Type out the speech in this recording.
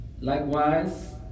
Likewise